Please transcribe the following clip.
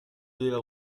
doveva